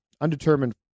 undetermined